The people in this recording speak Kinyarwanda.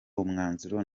umwanzuro